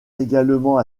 également